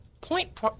point